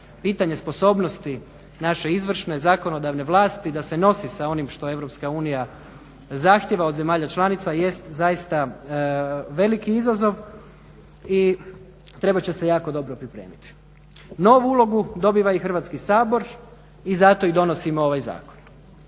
pitanje sposobnosti naše izvršne, zakonodavne vlasti da se nosi sa onim što EU zahtijeva od zemalja članica jest zaista veliki izazov i trebat će se jako dobro pripremiti. Novu ulogu dobiva i Hrvatski sabor i zato i donosimo ovaj zakon.